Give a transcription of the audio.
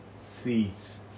seats